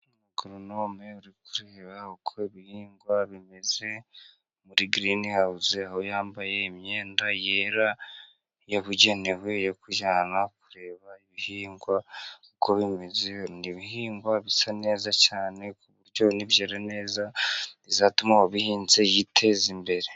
Gronome uri kureba uko ibihingwa bimeze muri girinihawusi ,aho yambaye imyenda yera yabugenewe, yo kujyanwa kureba ibihingwa ibihingwa bisa neza cyane ,ku buryo nibyera neza bizatuma uwabihinze yiteza imbere.